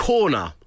Corner